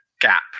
gap